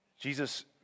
Jesus